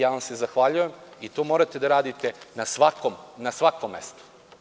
Ja vam se zahvaljujem i to morate da radite na svakom mestu.